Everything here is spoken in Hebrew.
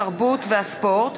התרבות והספורט